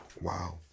Wow